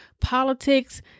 politics